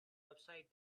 upside